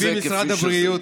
צריך להקריא את זה כפי שזה.